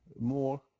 more